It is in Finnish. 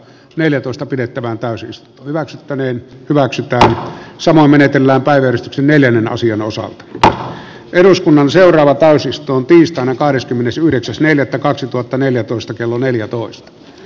neljätoista pidettävään täysin se hyväksyttäneen hyväksytään samoin menetellään päivän neljännen asian osaa ottaa eduskunnan seuraava täysistunto tiistaina kahdeskymmenesyhdeksäs ensimmäinen varapuhemies pekka ravi